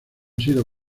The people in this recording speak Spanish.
sido